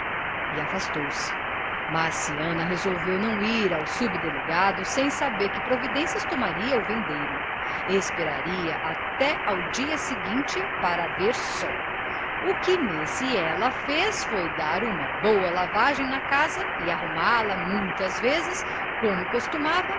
afastou-se marciana resolveu não ir ao subdelegado sem saber que providências tomaria o vendeiro esperaria até ao dia seguinte para ver só o que nesse ela fez foi dar uma boa lavagem na casa e arrumá la muitas vezes como costumava